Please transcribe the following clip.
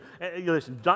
Listen